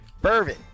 Bourbon